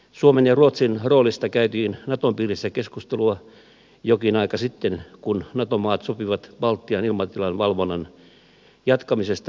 suomen ja ruotsin roolista käytiin naton piirissä keskustelua jokin aika sitten kun nato maat sopivat baltian ilmatilan valvonnan jatkamisesta ilman määräaikaa